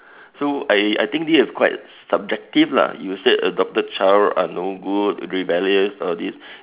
so I I think this is quite subjective lah you say adopted child are no good rebellious all these